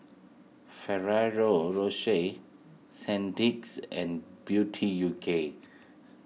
Ferrero Rocher Sandisk and Beauty U K